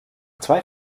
zwei